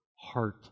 heart